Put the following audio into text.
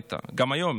גם היום,